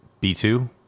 B-2